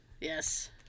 Yes